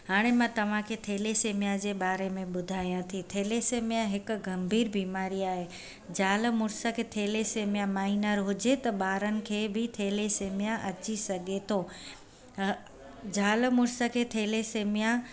हाणे मां तव्हांखे थेलेसेमिया जे बारे में ॿुधायां थी थेलेसेमिया हिकु गंभीर बीमारी आहे ज़ाल मुड़ुस खे थेलेसेमिया माइनर हुजे त ॿारनि खे बि थेलेसेमिया अची सघे थो जालि मुड़ुस खे थेलेसेमिया